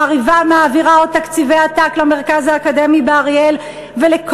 מעבירה עוד תקציבי עתק למרכז האקדמי באריאל ולכל